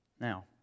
Now